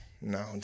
No